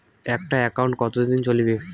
একটা একাউন্ট কতদিন চলিবে?